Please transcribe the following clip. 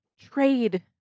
trade